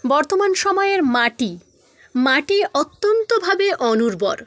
বর্তমান সময়ের মাটি মাটি অত্যন্তভাবে অনুর্বর